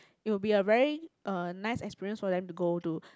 it will be a very uh nice experience for them to go to